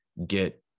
get